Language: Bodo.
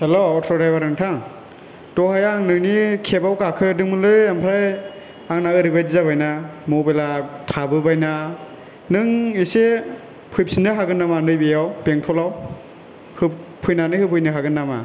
हेलौ अट' द्रायबार नोंथां दहाय आं नोंनि केबाव गाखोदोंमोनलै ओमफ्राय आंना ओरैबायदि जाबायना मबाइला थाबोबाय ना नों एसे फैफिन्नो हागोन नामा नै बेयाव बेंथलाव हो फैनानै होफैनो हागोन नामा